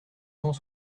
cent